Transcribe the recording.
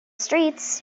streets